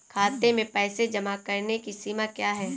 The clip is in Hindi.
खाते में पैसे जमा करने की सीमा क्या है?